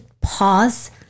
pause